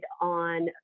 on